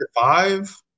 five